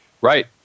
Right